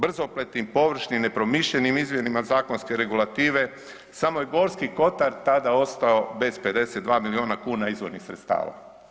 Brzopletim, površnim, nepromišljenim izmjenama zakonske regulative samo je Gorski Kotar tada ostao bez 52 milijuna kuna izvornih sredstava.